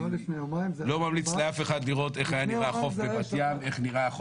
לא לפני יומיים, לפני יומיים היה שבת.